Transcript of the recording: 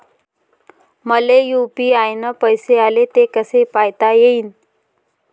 मले यू.पी.आय न पैसे आले, ते कसे पायता येईन?